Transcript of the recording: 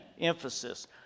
emphasis